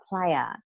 player